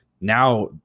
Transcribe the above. Now